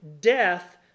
death